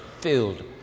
filled